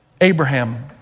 Abraham